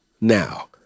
now